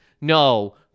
no